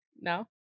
no